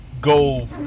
go